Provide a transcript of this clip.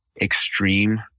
extreme